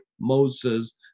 Moses